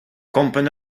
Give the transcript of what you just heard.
kompren